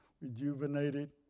rejuvenated